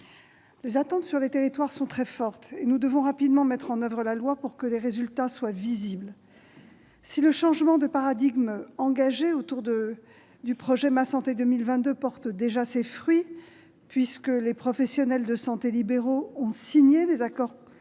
Les attentes sur les territoires sont très fortes et nous devons rapidement mettre en oeuvre la loi pour que les résultats soient visibles. Si le changement de paradigme engagé autour du projet Ma santé 2022 porte déjà ses fruits, puisque les professionnels de santé libéraux ont signé les accords avec